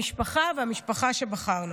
המשפחה והמשפחה שבחרנו.